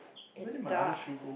it does